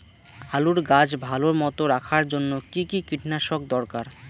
আলুর গাছ ভালো মতো রাখার জন্য কী কী কীটনাশক দরকার?